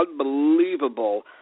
unbelievable